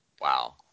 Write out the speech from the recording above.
wow